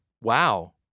Wow